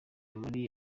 muri